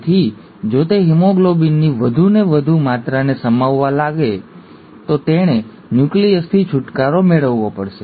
તેથી જો તે હિમોગ્લોબિનની વધુને વધુ માત્રાને સમાવવા માંગે છે તો તેણે ન્યુક્લિયસથી છુટકારો મેળવવો પડશે